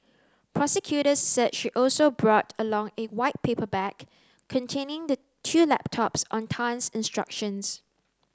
prosecutors said she also brought along a white paper bag containing the two laptops on Tan's instructions